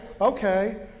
okay